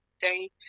day